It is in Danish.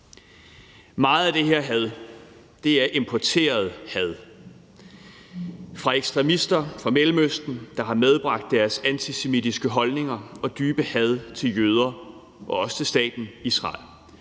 Meget af det her had er importeret had fra ekstremister fra Mellemøsten, der har medbragt deres antisemitiske holdninger og dybe had til jøder og også til staten Israel,